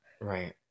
Right